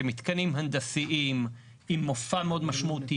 זה מתקנים הנדסיים עם מופע מאוד משמעותי,